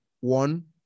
one